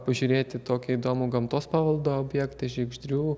pažiūrėti tokį įdomų gamtos paveldo objektą žiegždrių